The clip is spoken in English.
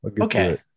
Okay